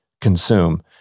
consume